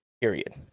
period